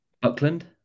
Buckland